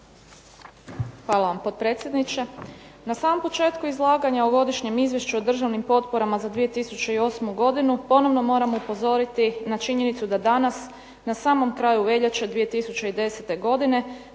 Hvala, potpredsjedniče. Na samom početku izlaganja o Godišnjem izvješću o državnim potporama za 2008. godinu ponovno moram upozoriti na činjenicu da danas na samom kraju veljače 2010. godine